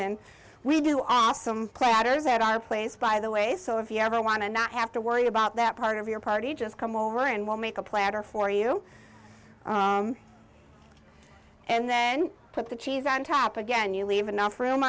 and we do awesome platters at our place by the way so if you ever want to not have to worry about that part of your party just come over and we'll make a platter for you and then put the cheese on top again you leave enough room